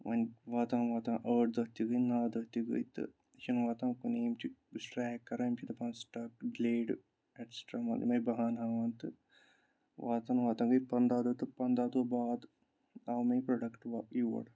وۅنۍ واتان واتان ٲٹھ دۅہ تہِ گٔیہِ نَو دۅہ تہِ گٔیہِ تہٕ یہِ چھُنہٕ واتاں کُنے یِم چھِ سِٹرایِک کَران یِم چھِ دَپان سِٹاک گلیڈ ایٹسِٹرا مان تہٕ یِمٕے بہانہٕ ہاوان تہٕ واتان واتان گٔیہِ پَنٛداہ دۅہ تہٕ پَنٛداہ دۅہ بعد آو مےٚ یہِ پرٛوڈَکٹ واپ یور